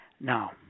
Now